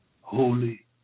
holy